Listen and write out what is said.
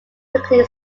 quickly